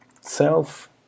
self